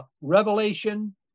Revelation